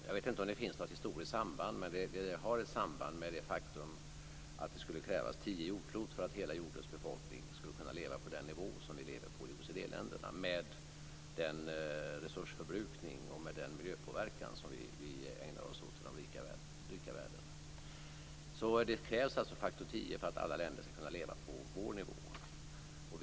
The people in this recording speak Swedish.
Jag vet inte om det finns något historiskt samband, men det har ett samband med det faktum att det skulle krävas tio jordklot för att hela jordens befolkning skulle kunna leva på den nivå som vi lever på i OECD länderna, med den resursförbrukning och den miljöpåverkan som vi ägnar oss åt i den rika världen. Det krävs alltså faktor tio för att alla länder skall kunna leva på vår nivå.